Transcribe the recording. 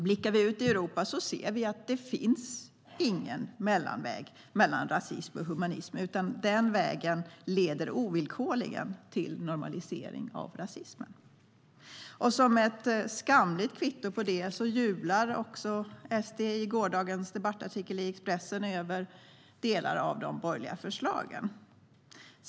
Blickar vi ut i Europa ser vi att det inte finns någon mellanväg mellan rasism och humanism, utan den vägen leder ovillkorligen till normalisering av rasismen. Som ett skamligt kvitto på det jublar Sverigedemokraterna i gårdagens debattartikel i Expressen över delar av de borgerliga förslagen.